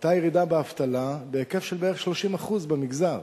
היתה ירידה באבטלה בהיקף של בערך 30% במגזר.